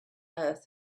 earth